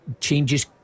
changes